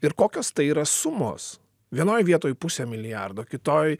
ir kokios tai yra sumos vienoj vietoj pusė milijardo kitoj